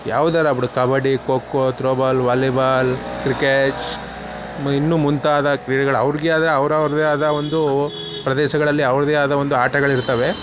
ಯಾವ್ದಾರ ಆಗ್ಬಿಡು kabaddi kho kho throwball volleyball cricket ಮ ಇನ್ನೂ ಮುಂತಾದ ಕ್ರೀಡೆಗಳು ಅವ್ರಿಗೆ ಆದ ಅವ್ರದ್ದೇ ಆದ ಒಂದೂ ಪ್ರದೇಶಗಳಲ್ಲಿ ಅವ್ರದ್ದೇ ಆದ ಒಂದು ಆಟಗಳಿರ್ತವೆ